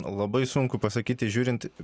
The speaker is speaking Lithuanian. labai sunku pasakyti žiūrint